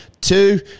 two